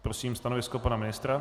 Prosím stanovisko pana ministra.